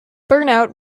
burnout